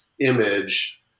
image